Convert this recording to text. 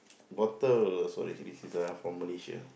bottle so it this is uh from Malaysia